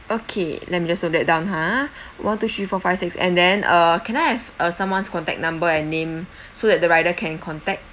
okay let me just note that down ha one two three four five six and then uh can I have a someone's contact number and name so that the rider can contact